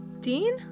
Dean